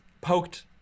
poked